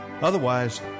Otherwise